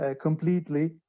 completely